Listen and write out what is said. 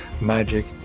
magic